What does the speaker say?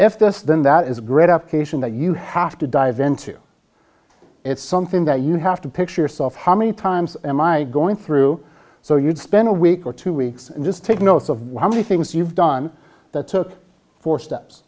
this then that is gratification that you have to dive into it's something that you have to picture yourself how many times am i going through so you'd spend a week or two weeks just take notes of how many things you've done that took four steps